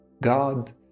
God